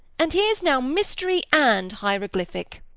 and here's now mystery and hieroglyphic!